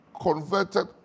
converted